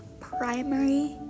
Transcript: primary